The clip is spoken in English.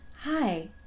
Hi